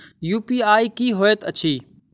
UPI की होइत अछि